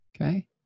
Okay